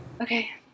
Okay